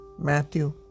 Matthew